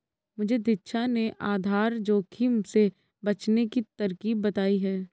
मुझे दीक्षा ने आधार जोखिम से बचने की तरकीब बताई है